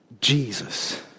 Jesus